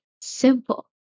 simple